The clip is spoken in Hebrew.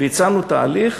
והצענו תהליך,